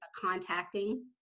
contacting